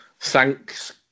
thanks